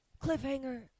cliffhanger